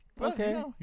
Okay